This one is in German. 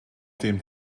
dem